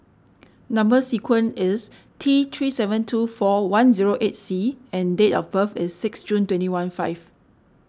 Number Sequence is T three seven two four one zero eight C and date of birth is six June twenty one five